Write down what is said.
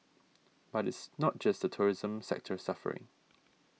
but it's not just the tourism sector suffering